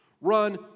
Run